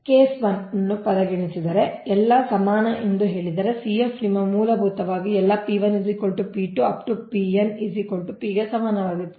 ಈಗ ಕೇಸ್ 1 ಅನ್ನು ಪರಿಗಣಿಸಿದರೆ ಎಲ್ಲಾ ಸಮಾನ ಎಂದು ಹೇಳಿದರೆ CF ನಿಮ್ಮ ಮೂಲಭೂತವಾಗಿ ಎಲ್ಲಾ ಸಮಾನವಾಗಿರುತ್ತದೆ